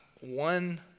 one